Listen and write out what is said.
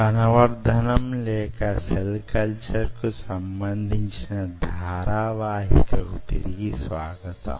కణవర్ధనం లేక cell culture కు సంబంధించిన ధారావాహిక కు తిరిగి స్వాగతం